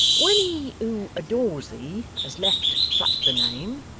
when he who adores thee has left but the name